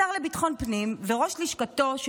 השר לביטחון הפנים וראש לשכתו,